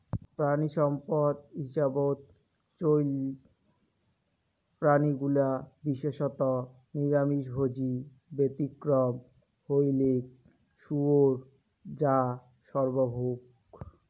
প্রাণীসম্পদ হিসাবত চইল প্রাণীগুলা বিশেষত নিরামিষভোজী, ব্যতিক্রম হইলেক শুয়োর যা সর্বভূক